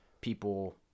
people